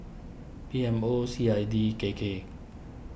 P M O C I D K K